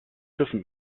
dürfen